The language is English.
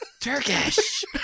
Turkish